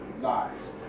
Lies